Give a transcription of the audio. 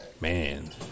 man